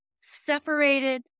separated